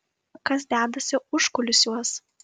kas dedasi užkulisiuos